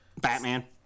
Batman